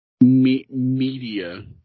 media